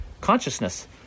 consciousness